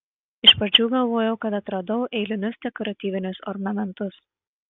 iš pradžių galvojau kad atradau eilinius dekoratyvinius ornamentus